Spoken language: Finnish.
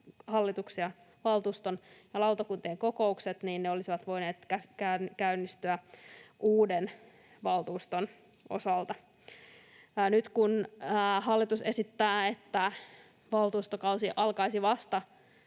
hallituksen ja valtuuston ja lautakuntien kokoukset olisivat voineet käynnistyä uuden valtuuston osalta. Nyt kun hallitus esittää, että valtuustokausi alkaisi vasta